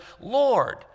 Lord